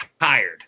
tired